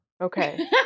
Okay